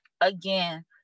Again